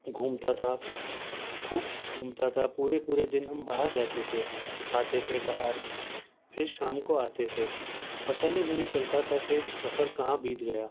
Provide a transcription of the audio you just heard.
گھومتا تھا خوب گھومتا تھا پورے پورے دن ہم باہر رہتے تھے کھاتے تھے باہر پھر شام کو آتے تھے پتہ ہی نہیں چلتا تھا کہ سفر کہاں بیت گیا